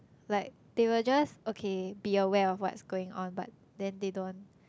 like they will just okay be aware of what's going on but then they don't